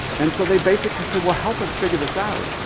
and so they basically said, well, help us figure this out.